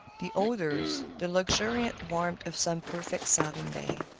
the odors, the luxuriant warmth of some perfect southern day.